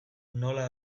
nola